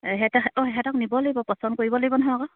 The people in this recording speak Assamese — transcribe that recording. অঁ সিহঁতক নিব লাগিব পচন্দ কৰিব লাগিব নহয় আকৌ